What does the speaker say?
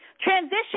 Transition